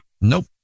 Nope